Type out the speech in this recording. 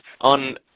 on